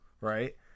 right